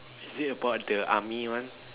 is it about the army one